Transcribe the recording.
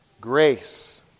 grace